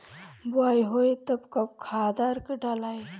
बोआई होई तब कब खादार डालाई?